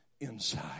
inside